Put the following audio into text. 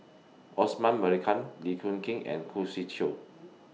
Osman Merican Lee Koon King and Khoo Swee Chiow